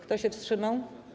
Kto się wstrzymał?